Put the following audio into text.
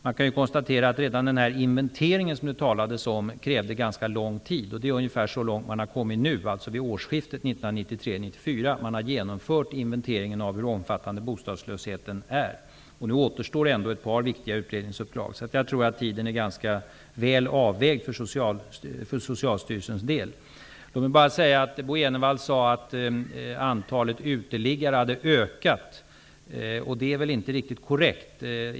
Man kan ju konstatera att redan den inventering som det talades om krävde ganska lång tid, och det är ungefär så långt man har kommit nu, alltså vid årsskiftet 1993/94. Man har genomfört inventeringen av hur omfattande bostadslösheten är, och nu återstår ändå ett par viktiga utredningsuppdrag. Jag tror alltså att tiden för Socialstyrelsens del är ganska väl avvägd. Bo G Jenevall sade att antalet uteliggare har ökat, men det är väl inte riktigt korrekt.